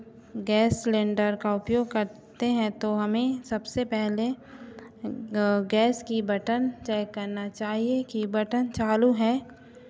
gas cylinder का उपयोग करते हैं तो हमें सबसे पहले गैस की बटन चेक करना चाहिए की बटन चालू है